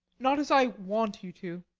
not as i want you to.